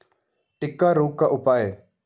टिक्का रोग का उपाय?